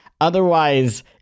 Otherwise